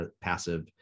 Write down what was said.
passive